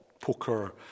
poker